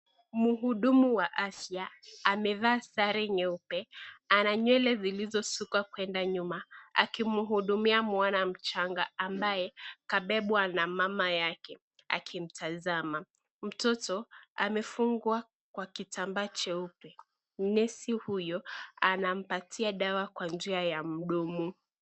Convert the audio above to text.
Mhudumu wa afya amevaa sare nyeupe, ana nywele zilizosukwa kuenda nyuma akimhudumia mwana mchanga ambaye kabebwa na mama yake akimtazama. Mtoto amefungwa Kwa kitambaa jeupe ,nesi huyo anampatia dawa Kwa njia ya mdomo.